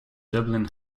dublin